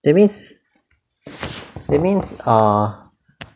that means that means ah